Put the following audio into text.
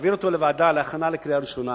ולהעביר אותו לוועדה להכנה לקריאה ראשונה.